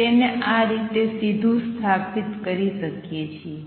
તેને આ રીતે સીધું સ્થાપિત કરી શકીએ છીએ